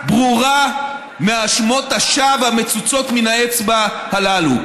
ברורה, מהאשמות השווא המצוצות מן האצבע הללו.